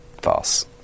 False